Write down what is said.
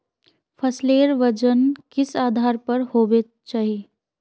फसलेर वजन किस आधार पर होबे चही?